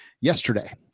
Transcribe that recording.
Yesterday